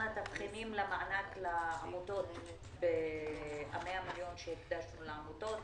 התבחינים למענק לעמותות ב-100 מיליון שקל שהקדשנו לעמותות,